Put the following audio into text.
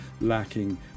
lacking